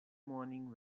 morning